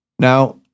Now